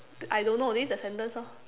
I don't know this is the sentence lor